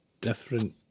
different